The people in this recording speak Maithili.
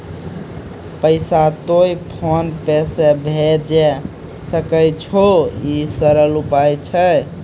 पैसा तोय फोन पे से भैजै सकै छौ? ई सरल उपाय छै?